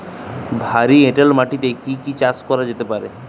ভারী এঁটেল মাটিতে কি কি চাষ করা যেতে পারে?